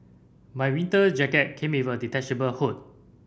my winter jacket came with a detachable hood